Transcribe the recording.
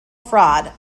fraud